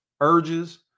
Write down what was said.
urges